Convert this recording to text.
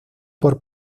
por